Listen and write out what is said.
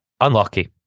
Unlucky